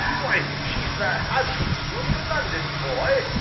why, she's the handsomest woman in london, boy.